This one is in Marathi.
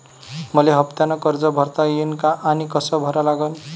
मले हफ्त्यानं कर्ज भरता येईन का आनी कस भरा लागन?